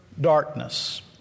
darkness